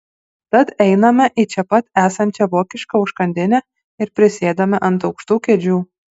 tad einame į čia pat esančią vokišką užkandinę ir prisėdame ant aukštų kėdžių